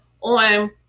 on